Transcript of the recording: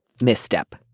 misstep